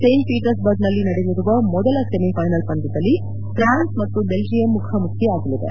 Saint ಪೀಟರ್ಸ್ಬರ್ಗ್ನಲ್ಲಿ ನಡೆಯಲಿರುವ ಮೊದಲ ಸೆಮಿಫೈನಲ್ ಪಂದ್ಯದಲ್ಲಿ ಪ್ರಾನ್ಸ್ ಮತ್ತು ಬೆಲ್ಟಿಯಂ ಮುಖಾಮುಖಿಯಾಗಲಿವೆ